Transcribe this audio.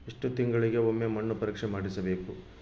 ಎಷ್ಟು ತಿಂಗಳಿಗೆ ಒಮ್ಮೆ ಮಣ್ಣು ಪರೇಕ್ಷೆ ಮಾಡಿಸಬೇಕು?